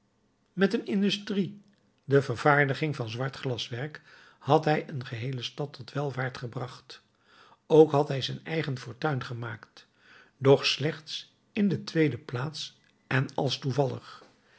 met een industrie de vervaardiging van zwart glaswerk had hij een geheele stad tot welvaart gebracht ook had hij zijn eigen fortuin gemaakt doch slechts in de tweede plaats en als toevallig